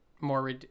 more